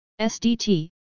SDT